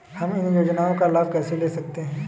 हम इन योजनाओं का लाभ कैसे ले सकते हैं?